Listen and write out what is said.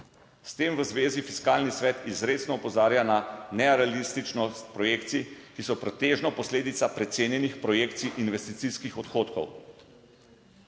S tem v zvezi Fiskalni svet izrecno opozarja na nerealističnost projekcij, ki so pretežno posledica precenjenih projekcij investicijskih odhodkov.